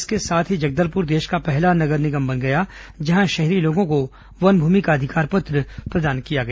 इसके साथ ही जगदलपुर देश का पहला नगर निगम बन गया जहां शहरी लोगों को वन भूमि का अधिकार पत्र प्रदान किया गया